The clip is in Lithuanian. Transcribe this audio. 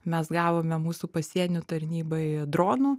mes gavome mūsų pasienio tarnybai dronų